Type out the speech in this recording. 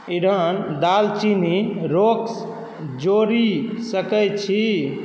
Eden दालचीनी रोक्स जोड़ि सकैत छी